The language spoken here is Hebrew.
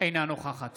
אינה נוכחת